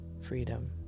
freedom